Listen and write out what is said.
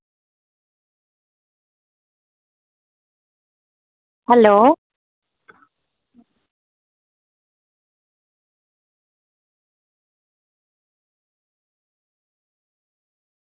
hello